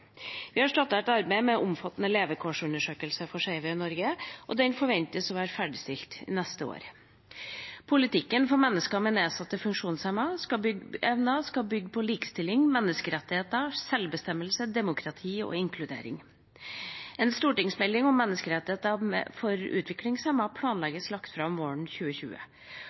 Vi har startet et arbeid med en omfattende levekårsundersøkelse for skeive i Norge, og den forventes å være ferdigstilt neste år. Politikken for mennesker med nedsatt funksjonsevne skal bygge på likestilling, menneskerettigheter, sjølbestemmelse, demokrati og inkludering. En stortingsmelding om menneskerettigheter for utviklingshemmede planlegges lagt fram våren 2020,